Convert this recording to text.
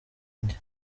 njye